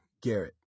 Garrett